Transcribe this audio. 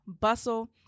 Bustle